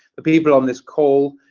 the people on this call.